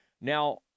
Now